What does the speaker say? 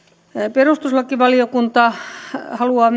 perustuslakivaliokunta haluaa